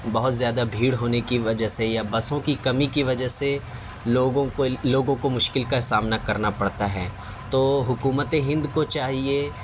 بہت زیادہ بھیڑ ہونے کی وجہ سے یا بسوں کی کمی کی وجہ سے لوگوں کے لوگوں کو مشکل کا سامنا کرنا پڑتا ہے تو حکومت ہند کو چاہیے